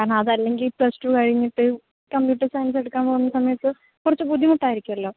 കാരണം അതല്ലെങ്കിൽ പ്ലസ്ടൂ കഴിഞ്ഞിട്ട് കമ്പ്യൂട്ടർ സയൻസ് എടുക്കാൻ പോന്ന സമയത്ത് കുറച്ച് ബുദ്ധിമുട്ടായിരിക്കുമല്ലോ